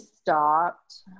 stopped